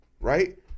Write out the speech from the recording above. right